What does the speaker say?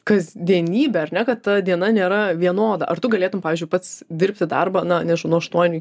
kasdienybė ar ne kad ta diena nėra vienoda ar tu galėtum pavyzdžiui pats dirbti darbą na nežinau nuo aštuonių